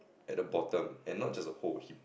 and the bottom and not just a hole he